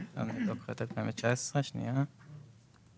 אני אבדוק לך את 2019. ב-2019 במסלול